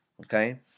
Okay